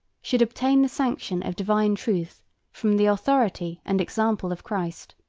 should obtain the sanction of divine truth from the authority and example of christ.